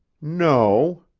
no,